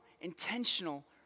intentional